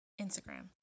Instagram